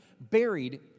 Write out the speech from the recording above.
buried